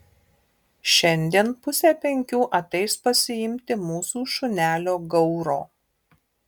šiandien pusę penkių ateis pasiimti mūsų šunelio gauro